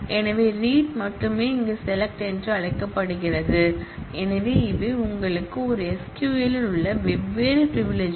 எனவே ரீட் மட்டுமே இங்கே SELECT என்று அழைக்கப்படுகிறது எனவே இவை உங்களுக்கு ஒரு SQL இல் உள்ள வெவ்வேறு பிரிவிலிஜ்கள்